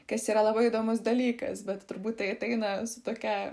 kas yra labai įdomus dalykas bet turbūt tai ateina su tokia